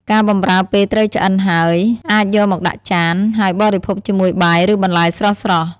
ការបម្រើពេលត្រីឆ្អិនហើយ អាចយកមកដាក់ចាន ហើយបរិភោគជាមួយបាយ ឬបន្លែស្រស់ៗ។